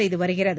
செய்துவருகிறது